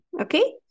Okay